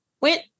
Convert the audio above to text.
went